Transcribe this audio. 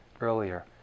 earlier